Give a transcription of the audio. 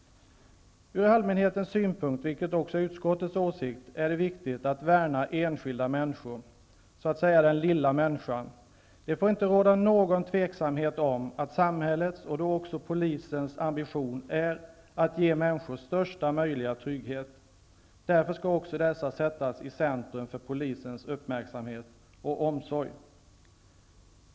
Från allmänhetens synpunkt är det viktigt att värna enskilda människor, den ''lilla'' människan. Det är också utskottets åsikt. Det får inte råda något tvivel om att samhällets och då också polisens ambition är att ge människor största möjliga trygget. De skall därför också sättas i centrum för polisens uppmärksamhet och omsorg.